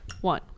one